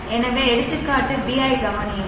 எனவே எடுத்துக்காட்டு B ஐக் கவனியுங்கள்